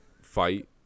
fight